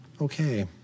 Okay